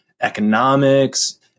economics